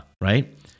right